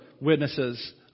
witnesses